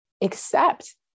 accept